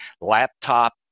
laptop